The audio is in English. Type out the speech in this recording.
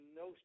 no